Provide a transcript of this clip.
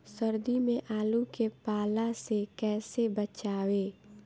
सर्दी में आलू के पाला से कैसे बचावें?